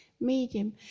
medium